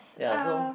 ya so